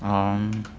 um